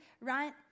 right